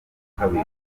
umuvuduko